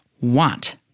want